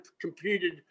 competed –